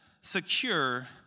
secure